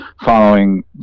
following